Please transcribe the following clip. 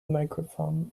microphone